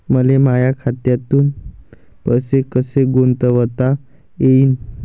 मले माया खात्यातून पैसे कसे गुंतवता येईन?